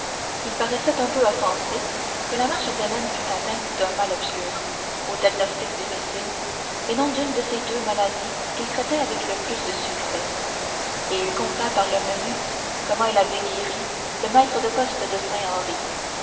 il paraissait un peu offensé que la mère chapdelaine fût atteinte d'un mal obscur au diagnostic difficile et non d'une des deux maladies qu'il traitait avec le plus de succès et il conta par le menu comment il avait guéri le maître de poste de saint henri